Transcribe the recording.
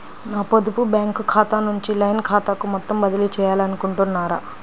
నా పొదుపు బ్యాంకు ఖాతా నుంచి లైన్ ఖాతాకు మొత్తం బదిలీ చేయాలనుకుంటున్నారా?